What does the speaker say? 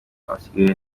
abasigaye